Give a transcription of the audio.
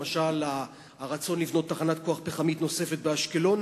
למשל הרצון לבנות תחנת כוח פחמית נוספת באשקלון,